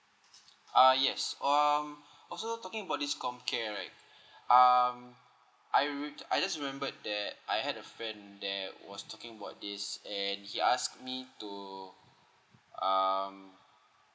uh yes um also talking about this comcare right um I re~ I just remembered that I had a friend that was talking about this and he asked me to um